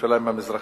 בירושלים המזרחית.